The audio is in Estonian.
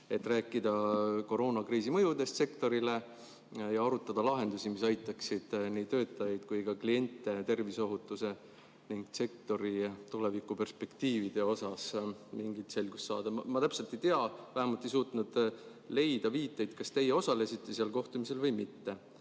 et rääkida koroonakriisi mõjudest sektorile ja arutada lahendusi, mis aitaksid nii töötajatel kui ka klientidel terviseohutuse ning sektori tulevikuperspektiivide osas mingit selgust saada. Ma täpselt ei tea, vähemalt ei suutnud leida viiteid, kas teie osalesite sellel kohtumisel või mitte.